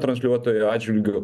transliuotojo atžvilgiu